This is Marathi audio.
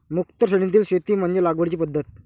मुक्त श्रेणीतील शेती म्हणजे लागवडीची पद्धत